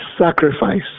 sacrifice